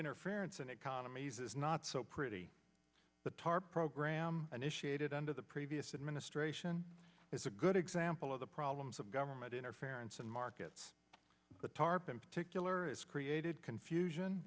interference and economies is not so pretty the tarp program an issue aided under the previous administration is a good example of the problems of government interference in markets the tarp in particular is created confusion